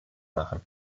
machen